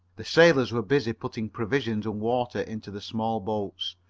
the sailors were busy putting provisions and water into the small boats,